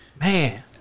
Man